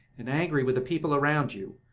and angry with the people around you.